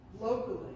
locally